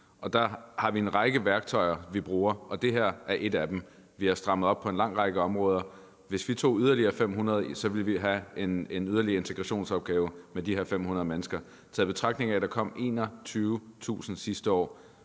Der har vi en række værktøjer, som vi bruger, og det her er et af dem. Vi har strammet op på en lang række områder. Hvis vi tog yderligere 500, ville vi have en yderligere integrationsopgave med de her 500 mennesker. I betragtning af at der kom 21.000 sidste år,